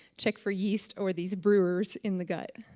check for yeast or these brewers in the gut.